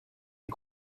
est